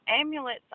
amulets